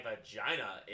vagina